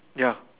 ya